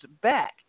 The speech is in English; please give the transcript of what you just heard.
back